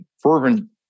fervent